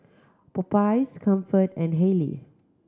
Popeyes Comfort and Haylee